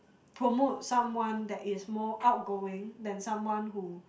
promote someone that is more outgoing then someone who